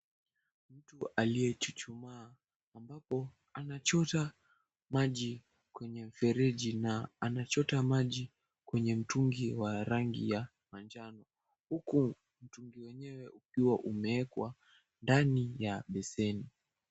Mtu aliyechuchumaa, ambapo anachota maji kwenye mfereji, na anachota maji kwenye mtungi wa rangi ya manjano, huku mtungi wenyewe ukiwa umewekwa ndani ya beseni.